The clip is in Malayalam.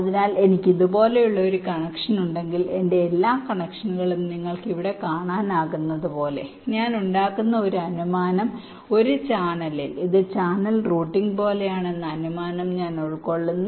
അതിനാൽ എനിക്ക് ഇതുപോലുള്ള ഒരു കണക്ഷൻ ഉണ്ടെങ്കിൽ എന്റെ എല്ലാ കണക്ഷനുകളും നിങ്ങൾക്ക് ഇവിടെ കാണാനാകുന്നതുപോലെ ഞാൻ ഉണ്ടാക്കുന്ന ഒരു അനുമാനം ഒരു ചാനലിൽ ഇത് ചാനൽ റൂട്ടിംഗ് പോലെയാണ് എന്ന അനുമാനം ഞാൻ ഉൾക്കൊള്ളുന്നു